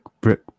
brick